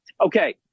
Okay